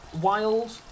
Wild